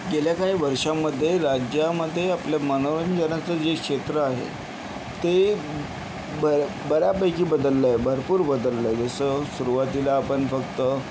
गेल्या काही वर्षांमध्ये राज्यामध्ये आपलं मनोरंजनाचं जे क्षेत्र आहे ते ब् बऱ्यापैकी बदललं आहे भरपूर बदललं आहे जसं सुरुवातीला आपण फक्त